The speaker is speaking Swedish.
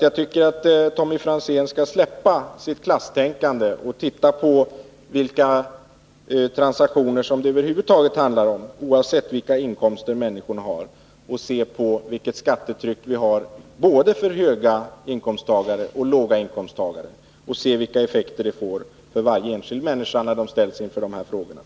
Jag tycker att Tommy Franzén skall släppa sitt klasstänkande och se på vilka transaktioner som det över huvud taget handlar om, oavsett vilka inkomster människorna har. Tommy Franzén borde se på vilka effekter skattetrycket har för varje enskild människa — för både låginkomsttagare och höginkomsttagare.